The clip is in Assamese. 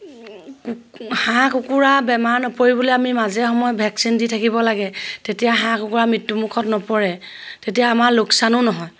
হাঁহ কুকুৰা বেমাৰ নপৰিবলৈ আমি মাজে সময়ে ভেকচিন দি থাকিব লাগে তেতিয়া হাঁহ কুকুৰা মৃত্যুমুখত নপৰে তেতিয়া আমাৰ লোকচানো নহয়